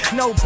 no